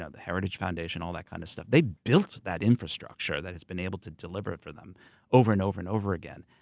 ah the heritage foundation, all that kind of stuff. they built that infrastructure that has been able to deliver for them over, and over, and over again.